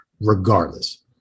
regardless